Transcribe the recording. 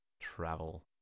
travel